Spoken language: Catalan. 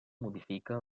modifica